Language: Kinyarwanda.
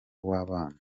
w’abana